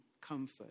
comfort